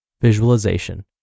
visualization